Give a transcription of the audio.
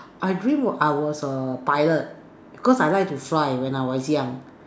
I dreamt I was a pilot because I like to fly when I was young